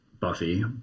Buffy